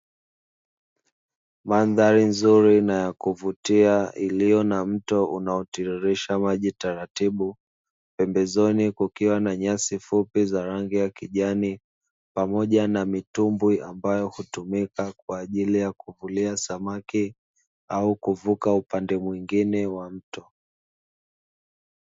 Mandhari nzuri na yakuvutia iliyo na mto unaotiririsha maji taratibu, pembezoni kukiwa na nyasi fupi za rangi ya kijani pamoja na mitumbwi ambayo hutumika kwa ajili ya kuvulia samaki, au kuvuka upande mwingine wa mto.